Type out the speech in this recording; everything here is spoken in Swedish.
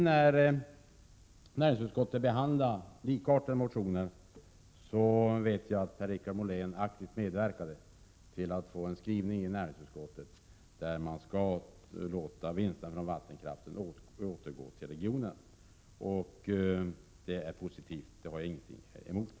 I fjol när utskottet behandlade likartade motioner medverkade Per Richard Molén aktivt till en skrivning i näringsutskottet om att man skall låta vinsten från vattenkraften komma resp. region till del. Det är positivt, så det har jag ingenting emot.